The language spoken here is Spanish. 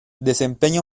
desempeña